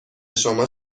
شما